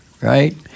Right